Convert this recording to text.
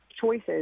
choices